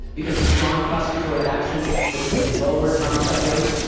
because of strong prosecutorial action that has lowered homicide rates,